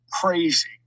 crazy